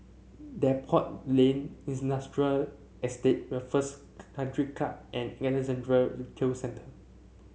Depot Lane Industrial Estate Raffles Country Club and Alexandra Retail Centre